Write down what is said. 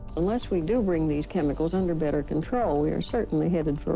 unless we do bring these chemicals under better control, we are certainly headed